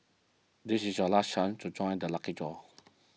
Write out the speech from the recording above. this is your last chance to join the lucky draw